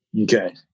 Okay